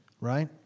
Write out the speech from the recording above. right